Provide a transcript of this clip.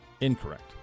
Incorrect